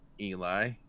eli